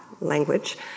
language